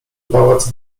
pałac